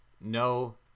no